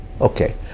okay